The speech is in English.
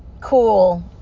cool